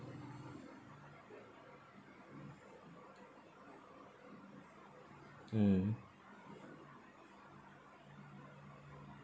mm